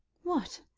what,